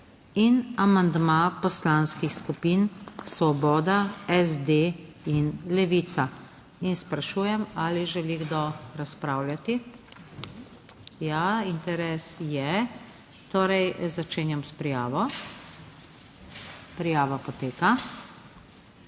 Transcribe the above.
in amandma poslanskih skupin Svoboda, SD in Levica. Sprašujem, ali želi kdo razpravljati? Ja, interes je. Torej, začenjam s prijavo. Prijava poteka.